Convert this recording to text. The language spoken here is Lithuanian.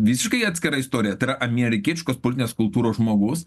visiškai atskira istorija tai yra amerikietiškos politinės kultūros žmogus